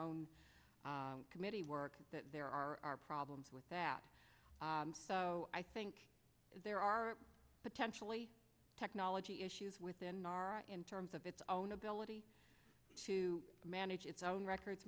own committee work there are problems with that so i think there are potentially technology issues within our in terms of its own ability to manage its own records